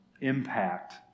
impact